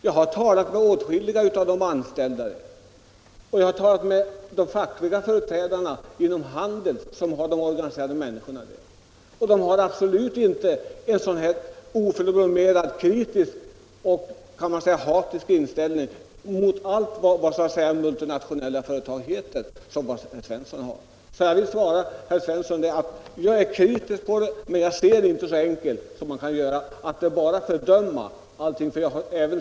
Jag har talat med åtskilliga av de anställda på det företaget, och jag har talat med fackliga företrädare inom Handelsanställdas förbund där de anställda är organiserade. Man har absolut inte en kritisk och hatisk inställning mot allt vad multinationella företag heter, vilket herr Svensson i Malmö har. Jag är alltså kritisk mot vissa saker hos de multinationella företagen, men jag vill inte fördöma allting.